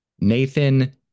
Nathan